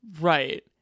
Right